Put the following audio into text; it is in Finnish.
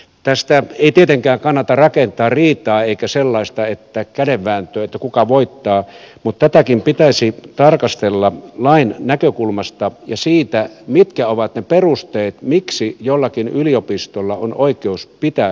tästä ei tietenkään kannata rakentaa riitaa eikä sellaista kädenvääntöä että kuka voittaa mutta tätäkin pitäisi tarkastella lain näkökul masta ja siitä mitkä ovat ne perusteet miksi jollakin yliopistolla on oikeus pitää sivuapteekkeja